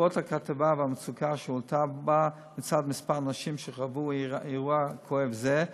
בעקבות הכתבה והמצוקה שהועלתה בה מצד כמה נשים שחוו אירוע כואב זה,